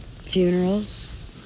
Funerals